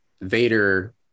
Vader